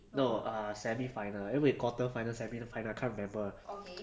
no err semi final eh wait quarter final semi final I can't remember